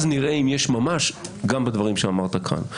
אז נראה אם יש ממש גם בדברים שאמרת כאן,